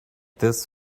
this